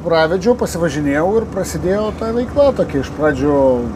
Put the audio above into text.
pravedžiau pasivažinėjau ir prasidėjo ta veikla tokia iš pradžių